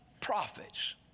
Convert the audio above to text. prophets